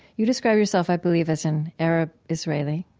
you describe yourself, i believe, as an arab israeli.